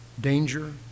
danger